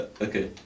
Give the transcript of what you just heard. Okay